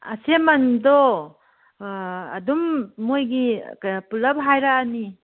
ꯑꯁꯦꯝꯃꯟꯗꯣ ꯑꯗꯨꯝ ꯃꯣꯏꯒꯤ ꯀꯩꯅꯣ ꯄꯨꯂꯞ ꯍꯥꯏꯔꯛꯑꯅꯤ